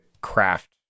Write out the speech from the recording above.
craft